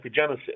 epigenesis